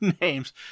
names